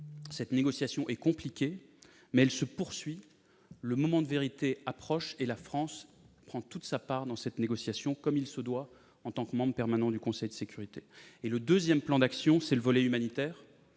Cette négociation est compliquée, mais elle se poursuit. Le moment de vérité approche, et la France prend toute sa part dans la négociation, comme il se doit, en tant que membre permanent du Conseil de sécurité. La seconde piste d'action est le volet humanitaire.